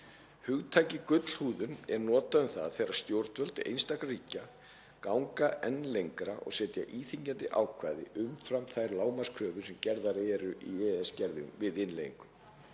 Hugtakið gullhúðun er notað um það þegar stjórnvöld einstakra ríkja ganga lengra og setja íþyngjandi ákvæði umfram þær lágmarkskröfur sem gerðar eru í EES-gerðum við innleiðingu.